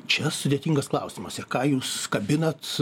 čia sudėtingas klausimas ir ką jūs kabinat